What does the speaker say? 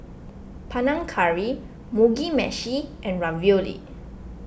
Panang Curry Mugi Meshi and Ravioli